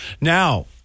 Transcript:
Now